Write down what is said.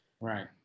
Right